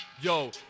Yo